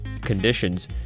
conditions